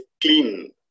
clean